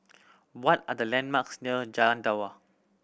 what are the landmarks near Jalan Dua